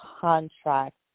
contract